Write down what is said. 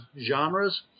genres